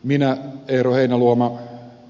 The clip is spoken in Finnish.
minä eero heinäluomalla